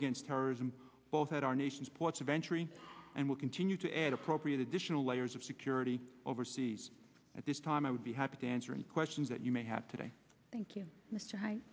against terrorism both at our nation's ports of entry and we'll continue to add appropriate additional layers of security overseas at this time i would be happy to answer any questions that you may have today thank